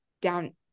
down